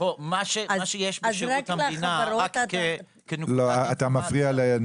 מה שיש בשירות המדינה- -- אתה מפריע לה.